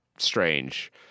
strange